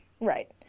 right